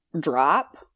drop